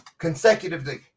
consecutively